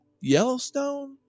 Yellowstone